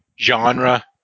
genre